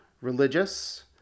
religious